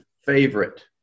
favorite